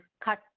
cut